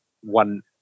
one